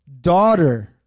Daughter